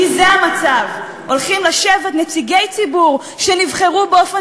כי זה המצב: הולכים לשבת נציגי ציבור שנבחרו באופן